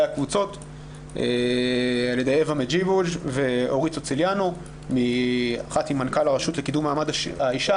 הקבוצות על ידי אווה מדז'יבוז' מנכ"ל הרשות לקידום מעמד האישה